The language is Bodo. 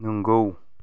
नंगौ